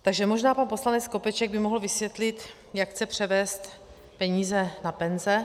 Takže možná pan poslanec Skopeček by mohl vysvětlit, jak chce převést peníze na penze.